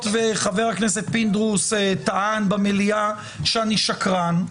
וחבר הכנסת פינדרוס טען במליאה שאני שקרן,